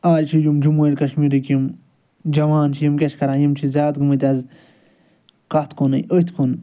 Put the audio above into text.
آز چھِ یِم جموں اینٛڈ کَشمیٖرٕکۍ یِم جَوان چھِ یِم کیٛاہ چھِ کَران یِم چھِ زیاد گٔمٕتۍ آز کتھ کُنی أتھۍ کُن